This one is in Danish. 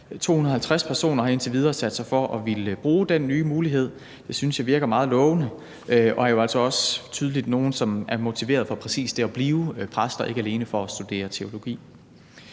250 personer har indtil videre sat sig for at ville bruge den nye mulighed. Det synes jeg virker meget lovende. Og det er jo altså også tydeligt nogle, som er motiverede til præcis det at blive præst og ikke alene til at studere teologi.